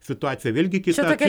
situaciją vėl gi kita